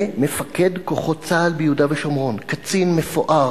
זה מפקד כוחות צה"ל ביהודה ושומרון, קצין מפואר,